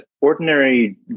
Ordinary